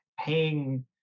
paying